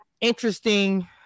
interesting